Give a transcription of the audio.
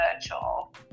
virtual